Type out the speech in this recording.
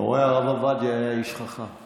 אתה רואה, הרב עובדיה היה איש חכם.